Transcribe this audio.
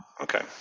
okay